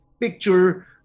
picture